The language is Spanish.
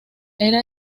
era